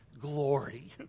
glory